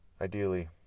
ideally